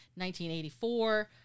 1984